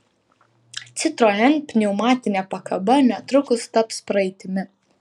citroen pneumatinė pakaba netrukus taps praeitimi